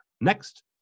Next